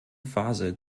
phase